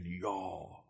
y'all